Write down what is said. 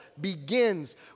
begins